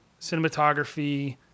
cinematography